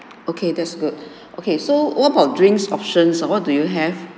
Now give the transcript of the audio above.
okay that's good okay so what about drinks options what do you have